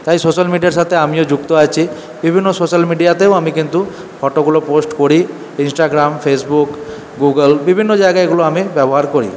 তাই সোশ্যাল মিডিয়ার সাথে আমিও যুক্ত আছি বিভিন্ন সোশ্যাল মিডিয়াতেও আমি কিন্তু ফটোগুলো পোস্ট করি ইনস্টাগ্রাম ফেসবুক গুগল বিভিন্ন জায়গায় এগুলো আমি ব্যবহার করি